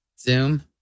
Zoom